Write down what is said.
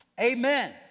amen